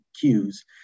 cues